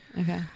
Okay